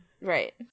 Right